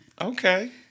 Okay